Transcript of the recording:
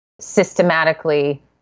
systematically